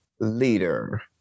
leader